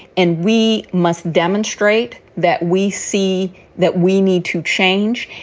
and we must demonstrate that we see that we need to change.